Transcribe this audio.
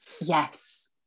Yes